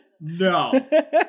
no